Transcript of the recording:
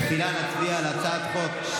תחילה נצביע על הצעת חוק,